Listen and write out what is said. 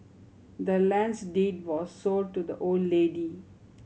the land's deed was sold to the old lady